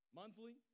monthly